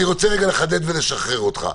אני רוצה לחדד ולשחרר אותך.